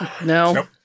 No